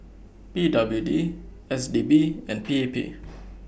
P W D S D P and P A P